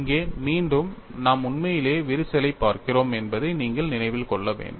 இங்கே மீண்டும் நாம் உண்மையிலேயே விரிசலைப் பார்க்கிறோம் என்பதை நீங்கள் நினைவில் கொள்ள வேண்டும்